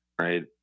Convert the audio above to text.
right